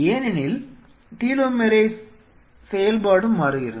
ஏனெனில் டீலோமரேஸ் செயல்பாடு மாறுகிறது